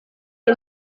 ndi